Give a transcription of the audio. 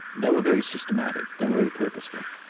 they were very systematic, they were very purposeful.